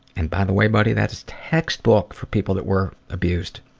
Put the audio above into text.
and by the way buddy, that is textbook for people that were abused.